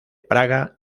praga